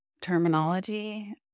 terminology